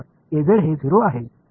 Az என்பது 0 ஆகும்